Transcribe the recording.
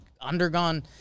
undergone